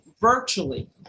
virtually